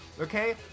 okay